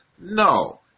No